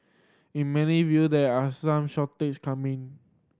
in many view there are some shortage coming